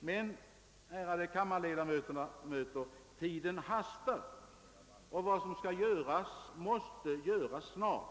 men, ärade kammarledamöter, tiden hastar! Vad som skall göras måste göras snart.